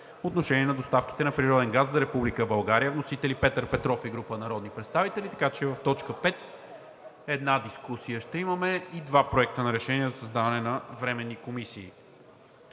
отношение на доставките на природен газ за Република България. Вносители – Петър Петров и група народни представители, така че в точка 5 ще имаме една дискусия и два проекта на решение за създаване на временни комисии.